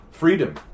Freedom